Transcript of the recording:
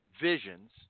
visions